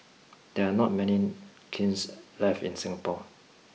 there are not many kilns left in Singapore